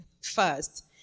first